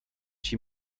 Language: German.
chi